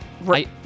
Right